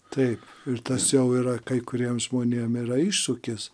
taip ir tas jau yra kai kuriem žmonėm yra iššūkis